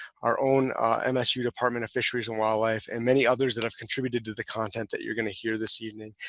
our own msu department of fisheries and wildlife, and many others that have contributed to the content that you're going to hear this evening.